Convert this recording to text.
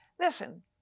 Listen